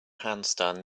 handstand